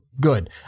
good